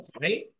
right